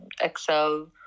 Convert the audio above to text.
excel